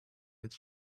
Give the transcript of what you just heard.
its